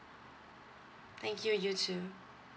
thank you you too